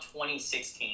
2016